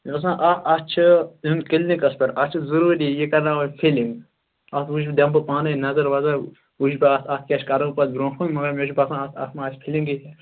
مےٚ باسان اَتھ اَتھ چھِ کٔلنِکَس پٮ۪ٹھ اَتھ چھِ ضروٗری یہِ کَرناوٕنۍ فِلِنگ اَتھ وٕچھ بہٕ دِمہٕ بہٕ پانے نظر وَظر وٕچھٕ بہٕ اَتھ کیاہ کَرُن پَتہٕ برونہہ کُن مگر مےٚ چھِ باسان اَتھ ما آسہِ فِلِنگٕے